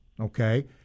okay